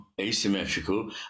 asymmetrical